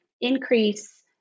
increase